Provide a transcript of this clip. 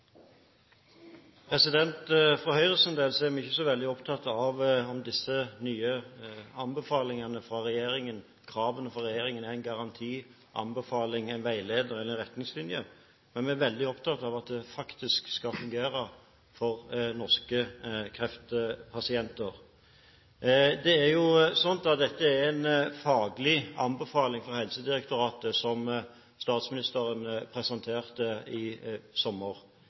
veldig opptatt av om disse nye kravene fra regjeringen er en garanti, en anbefaling, en veileder eller en retningslinje. Men vi er veldig opptatt av at det faktisk skal fungere for norske kreftpasienter. Dette er en faglig anbefaling fra Helsedirektoratet som statsministeren presenterte i sommer.